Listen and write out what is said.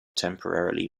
temporarily